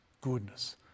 goodness